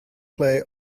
play